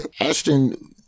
Ashton